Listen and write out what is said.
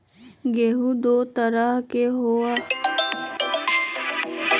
गेंहू दो तरह के होअ ली एगो लाल एगो भूरा त भूरा वाला कौन मौसम मे लगाबे के चाहि?